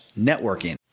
networking